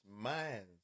minds